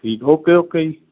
ਠੀਕ okay okay ਜੀ